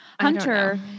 Hunter